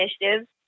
initiatives